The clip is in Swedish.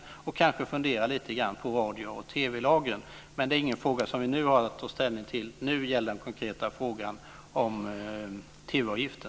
Kanske ska man också fundera lite grann på radio och TV-lagen. Men det är inte någon fråga som vi nu har att ta ställning till. Nu gäller den konkreta frågan TV-avgiften.